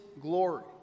glory